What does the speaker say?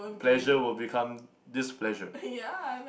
pleasure will become displeasure